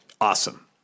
Awesome